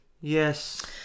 yes